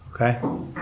Okay